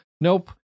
Nope